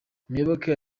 muyoboke